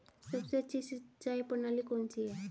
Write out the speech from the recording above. सबसे अच्छी सिंचाई प्रणाली कौन सी है?